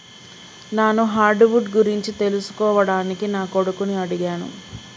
నాను hard wood గురించి తెలుసుకోవడానికి నా కొడుకుని అడిగాను